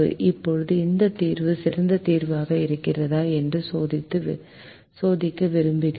இப்போது இந்த தீர்வு சிறந்த தீர்வாக இருக்கிறதா என்று சோதிக்க விரும்புகிறோம்